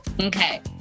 Okay